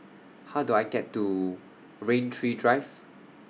How Do I get to Rain Tree Drive